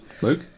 Luke